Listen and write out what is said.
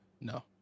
no